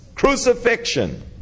Crucifixion